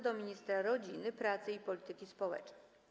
do ministra rodziny, pracy i polityki społecznej.